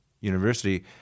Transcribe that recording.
University